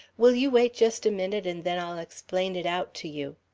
will you wait just a minute, and then i'll explain it out to you.